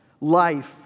life